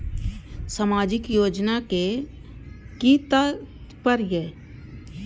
सामाजिक योजना के कि तात्पर्य?